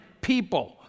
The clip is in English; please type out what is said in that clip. people